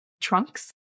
trunks